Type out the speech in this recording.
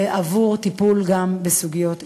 את הטיפול, גם בסוגיות אלו.